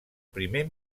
primer